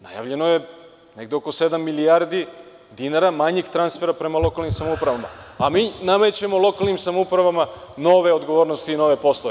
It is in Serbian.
Najavljeno je negde oko sedam milijardi dinara manjih transfera prema lokalnim samoupravama, a mi namećemo lokalnim samoupravama nove odgovornosti, nove poslove.